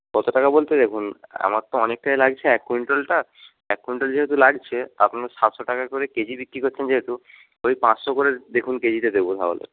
কত টাকা বলতে দেখুন আমার তো অনেকটাই লাগছে এক কুইন্টালটা এক কুইন্টাল যেহেতু লাগছে আপনি সাতশো টাকা করে কেজি বিক্রি করছেন যেহেতু ওই পাঁচশো করে দেখুন কেজিতে দেবো তাহলে